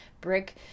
brick